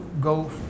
go